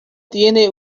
tenía